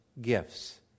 gifts